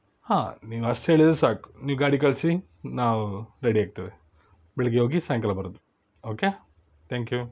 ಹಾಂ ನೀವು ಅಷ್ಟು ಹೇಳಿದರೆ ಸಾಕು ನೀವು ಗಾಡಿ ಕಳಿಸಿ ನಾವು ರೆಡಿ ಆಗ್ತೇವೆ ಬೆಳಿಗ್ಗೆ ಹೋಗಿ ಸಾಯಂಕಾಲ ಬರೋದು ಓಕೆ ಥ್ಯಾಂಕ್ ಯು